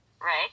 right